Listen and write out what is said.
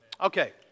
Okay